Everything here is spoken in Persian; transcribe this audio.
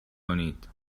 کنید